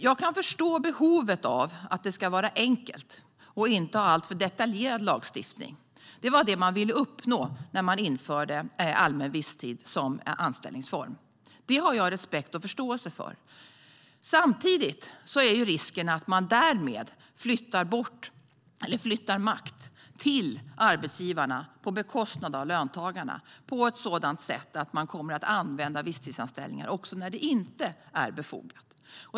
Jag kan förstå behovet av att det ska vara enkelt och en inte alltför detaljerad lagstiftning. Det var det man ville uppnå när man införde allmän visstid som anställningsform. Det har jag respekt och förståelse för. Samtidigt är risken att man därmed flyttar makt till arbetsgivarna på bekostnad av löntagarna på ett sådant sätt att visstidsanställningar kommer att användas också när det inte är befogat.